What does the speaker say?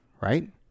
Right